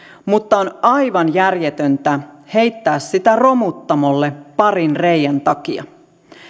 mutta on aivan järjetöntä heittää sitä romuttamolle parin reiän takia